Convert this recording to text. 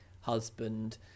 husband